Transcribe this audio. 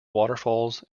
waterfalls